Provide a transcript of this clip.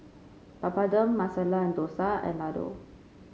Papadum Masala and Dosa and Ladoo